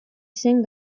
zen